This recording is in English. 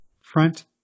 front